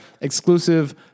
exclusive